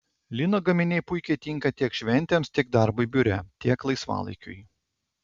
lino gaminiai puikiai tinka tiek šventėms tiek darbui biure tiek laisvalaikiui